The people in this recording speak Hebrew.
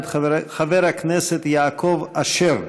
מאת חבר הכנסת יעקב אשר.